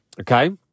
Okay